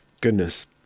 Goodness